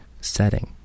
setting